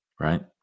right